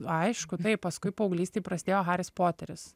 aišku taip paskui paauglystėje prasidėjo haris poteris